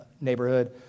neighborhood